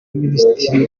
minisitiri